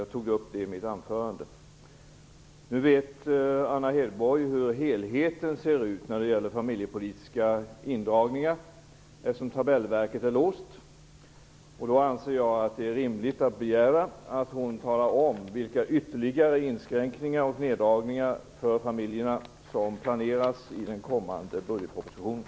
Eftersom tabellverket nu är låst, vet Anna Hedborg hur de familjepolitiska indragningarna i deras helhet ser ut. Då är det rimligt att begära att hon talar om vilka ytterligare neddragningar för familjerna som planeras i den kommande budgetpropositionen.